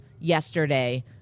yesterday